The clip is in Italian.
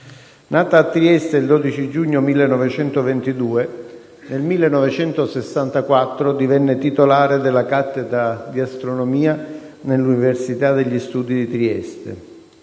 Nata a Firenze il 12 giugno 1922, nel 1964 divenne titolare della cattedra di astronomia nell'Università degli studi di Trieste.